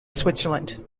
switzerland